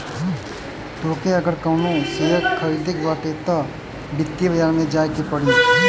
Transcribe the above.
तोहके अगर कवनो शेयर खरीदे के बाटे तअ वित्तीय बाजार में जाए के पड़ी